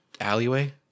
alleyway